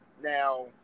Now